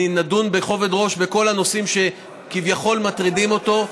נדון בכובד ראש בכל הנושאים שכביכול מטרידים אותו.